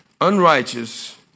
unrighteous